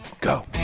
go